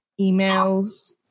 emails